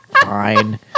fine